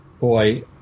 boy